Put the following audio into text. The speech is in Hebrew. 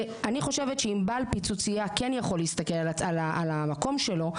אני חושבת שאם בעל פיצוציה כן יכול להסתכל על המקום שלו,